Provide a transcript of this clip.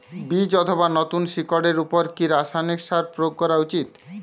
বীজ অথবা নতুন শিকড় এর উপর কি রাসায়ানিক সার প্রয়োগ করা উচিৎ?